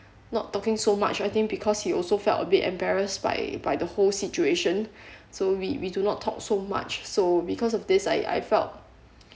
not talking so much I think because he also felt a bit embarrassed by by the whole situation so we we do not talk so much so because of this I I felt